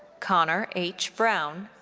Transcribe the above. connor h. brown.